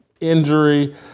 injury